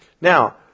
Now